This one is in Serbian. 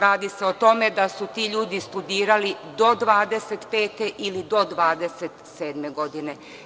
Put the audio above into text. Radi se o tome da su ti ljudi studirali do 25 ili do 27 godine.